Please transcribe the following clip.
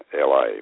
la